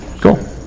Cool